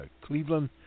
Cleveland